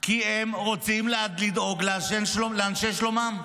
כי הם רוצים לדאוג לאנשי שלומם.